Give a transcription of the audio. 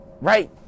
right